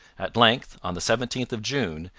at length, on the seventeenth of june,